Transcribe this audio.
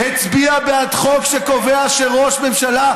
הצביע בעד חוק שקובע שראש ממשלה,